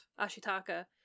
Ashitaka